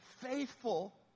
faithful